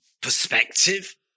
perspective